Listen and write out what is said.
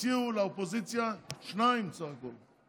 הציעו לאופוזיציה שניים בסך הכול,